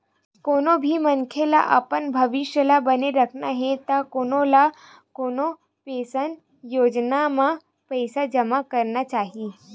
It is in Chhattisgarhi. कोनो भी मनखे ल अपन भविस्य ल बने राखना हे त कोनो न कोनो पेंसन योजना म पइसा जमा करना चाही